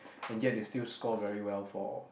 and yet they still score very well for